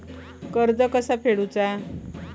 कर्ज कसा फेडुचा?